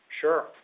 Sure